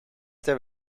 ter